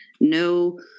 no